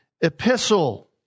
epistle